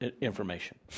information